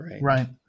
Right